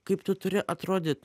kaip tu turi atrodyt